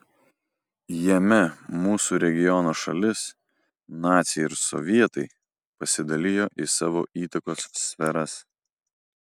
jame mūsų regiono šalis naciai ir sovietai pasidalijo į savo įtakos sferas